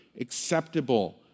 acceptable